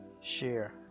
share